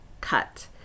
cut